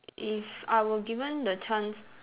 if I were given the chance